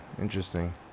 interesting